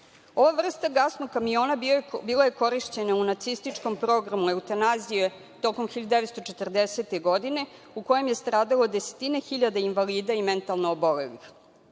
vrsta gasnog kamiona bio je korišćen u nacističkom programu eutanazije tokom 1940. godine u kojem je stradalo desetine hiljada invalida i mentalno obolelih. Krajem